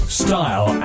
style